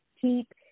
Keep